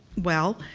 well.